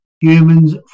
humans